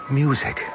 music